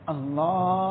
Allah